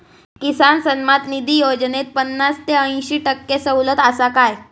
किसान सन्मान निधी योजनेत पन्नास ते अंयशी टक्के सवलत आसा काय?